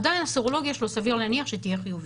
עדיין הסרולוגיה שלו סביר להניח שתהיה חיובית,